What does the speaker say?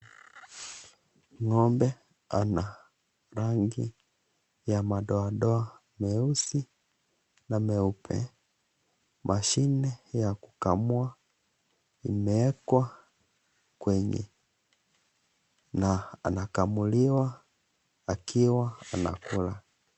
Ngo'mbe ana rangi ya madoadoa meusi na meupe. Mashine ya kukamua imeekwa kwenye na anakamuliwa akiwa anakula.